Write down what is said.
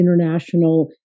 international